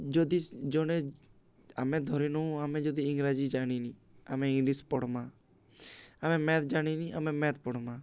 ଯଦି ଜଣେ ଆମେ ଧରି ନୁ ଆମେ ଯଦି ଇଂରାଜୀ ଜାଣିନି ଆମେ ଇଂଲିଶ୍ ପଢ଼୍ମା ଆମେ ମ୍ୟାଥ୍ ଜାଣିନି ଆମେ ମ୍ୟାଥ୍ ପଢ଼୍ମା